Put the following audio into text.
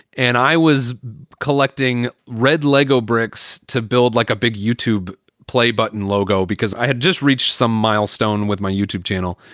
and i was collecting red lego bricks to build like a big youtube play button logo because i had just reached some milestone with my youtube channel.